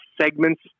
segments